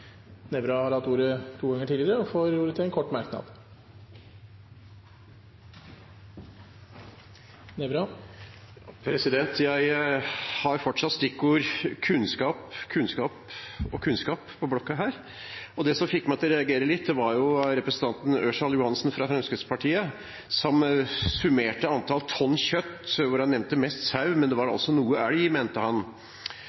har hatt ordet to ganger tidligere og får ordet til en kort merknad, begrenset til 1 minutt. Jeg har fortsatt stikkordene kunnskap, kunnskap og kunnskap på blokka her. Den som fikk meg til å reagere litt, var representanten Ørsal Johansen fra Fremskrittspartiet, som summerte antall tonn kjøtt, der han nevnte mest sau, men det var